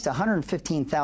115,000